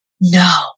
No